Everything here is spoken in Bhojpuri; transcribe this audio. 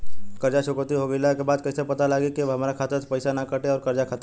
कर्जा चुकौती हो गइला के बाद कइसे पता लागी की अब हमरा खाता से पईसा ना कटी और कर्जा खत्म?